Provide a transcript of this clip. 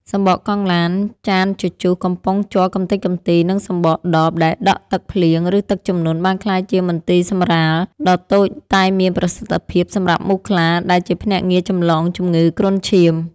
សំបកកង់ឡាន ចានជជុះ កំប៉ុងជ័រកម្ទេចកម្ទី និងសំបកដបដែលដក់ទឹកភ្លៀង ឬទឹកជំនន់ បានក្លាយជា មន្ទីរសម្រាល ដ៏តូចតែមានប្រសិទ្ធភាពសម្រាប់មូសខ្លា ដែលជាភ្នាក់ងារចម្លងជំងឺគ្រុនឈាម។